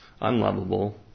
unlovable